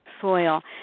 soil